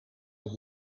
een